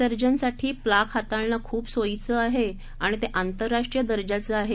सर्जनसाठी plaque हाताळणं खूप सोयीचं आहे आणि ते आंतरराष्ट्रीय दर्जाचं आहे